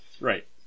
Right